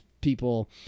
people